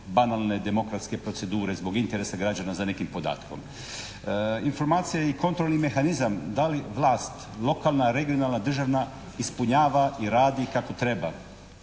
banalne demokratske procedure, zbog interesa građana za nekim podatkom. Informacija je i kontrolni mehanizam. Da li vlast lokalna, regionalna, državna ispunjava i radi kako treba?